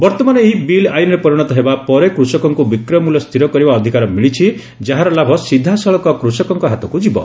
ବର୍ତ୍ତମାନ ଏହି ବିଲ୍ ଆଇନରେ ପରିଣତ ହେବା ପରେ କୃଷକଙ୍କୁ ବିକ୍ରୟ ମୂଲ୍ୟ ସ୍ଥିର କରିବା ଅଧିକାର ମିଳିଛି ଯାହାର ଲାଭ ସିଧାସଳଖ କୃଷକଙ୍କପ ହାତକୁ ଯିବ